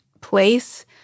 place